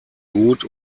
gut